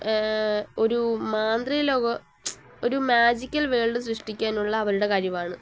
ഒരു മാന്ത്രികലോകം ഒരു മാജിക്കൽ വേൾഡ് സൃഷ്ടിക്കാനുള്ള അവളുടെ കഴിവാണ്